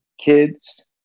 kids